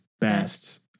best